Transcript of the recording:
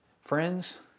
friends